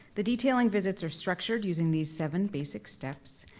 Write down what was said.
the detailing visits are structured using these seven basic steps.